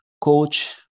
coach